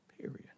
period